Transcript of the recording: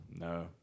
No